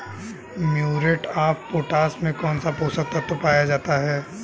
Muriate of potash में कौन सा पोषक तत्व पाया जाता है?